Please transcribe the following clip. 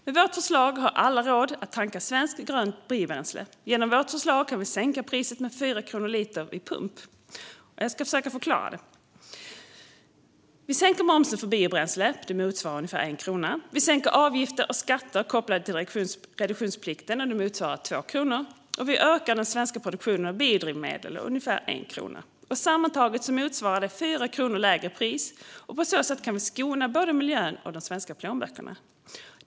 Med vårt förslag har alla råd att tanka svenskt grönt biobränsle. Genom vårt förslag kan vi sänka priset med 4 kronor per liter vid pump. Jag ska försöka förklara. Vi sänker momsen för biobränsle, och det motsvarar ungefär l krona. Vi sänker avgifter och skatter kopplade till reduktionsplikten, och det motsvarar 2 kronor. Vi ökar den svenska produktionen av biodrivmedel, och det motsvarar ungefär l krona. Sammantaget motsvarar det 4 kronor lägre pris, och på så sätt kan vi skona både miljön och de svenska plånböckerna.